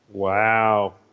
Wow